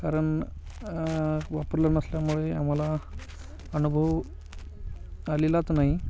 कारण वापरलं नसल्यामुळे आम्हाला अनुभव आलेलाच नाही